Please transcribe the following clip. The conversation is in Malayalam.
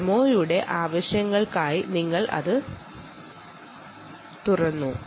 ഇവിടെ ഡെമോയുടെ ആവശ്യങ്ങൾക്കായതിനാൽ ഞങ്ങൾ അത് ഓപ്പൺ സ്റ്റാറ്റിൽ ആണ് വെയ്ക്കുന്നത്